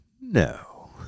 No